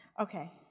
Okay